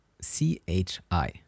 C-H-I